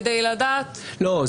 כדי לדעת --- לא,